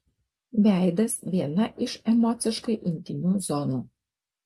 veidas viena iš emociškai intymių zonų